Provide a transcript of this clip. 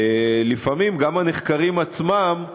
אלא לפעמים גם הנחקרים עצמם,